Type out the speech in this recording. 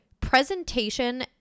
presentation